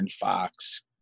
fox